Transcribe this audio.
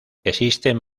existen